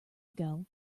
ago